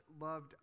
loved